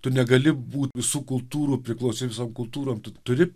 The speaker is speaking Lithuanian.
tu negali būt visų kultūrų priklausai visom kultūrom tu turi